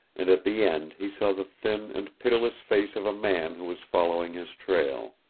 and at the end he saw the thin and pitiless face of a man who was following his trail,